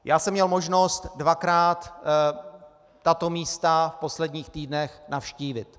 Já jsem měl možnost dvakrát tato místa v posledních týdnech navštívit.